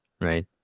right